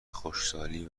خشکسالی